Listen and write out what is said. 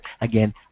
again